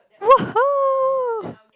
!woohoo!